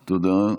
תודה.